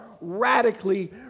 radically